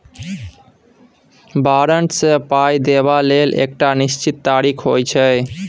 बारंट सँ पाइ देबा लेल एकटा निश्चित तारीख होइ छै